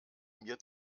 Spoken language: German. mir